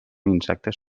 insectes